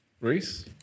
Reese